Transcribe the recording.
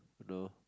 no